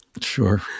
Sure